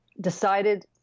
decided